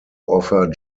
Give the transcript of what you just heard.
offer